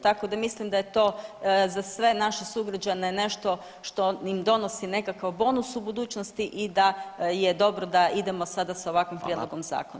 Tako da mislim da je to za sve naše sugrađane nešto što im donosi nekakav bonus u budućnosti i da je dobro da idemo sada s ovakvim prijedlogom zakona.